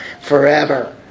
forever